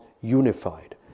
unified